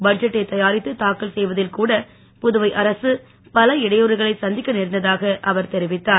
பட்ஜெட்டை தயாரித்து தாக்கல் செய்வதில் கூட புதுவை அரசு பல இடையூறுகளை சந்திக்க நேர்ந்ததாக அவர் தெரிவித்தார்